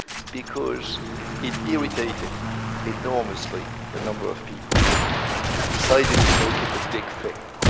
because it irritated enormously a number of people who decided to make it a big thing.